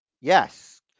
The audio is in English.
Yes